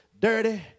dirty